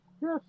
Yes